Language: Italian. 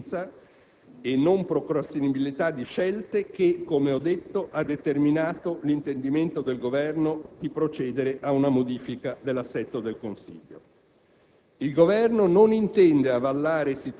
anche in quanto è proprio tale urgenza e non procrastinabilità di scelte che, come ho detto, ha determinato l'intendimento del Governo di procedere a una modifica dell'assetto del Consiglio.